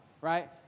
right